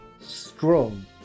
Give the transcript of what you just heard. strong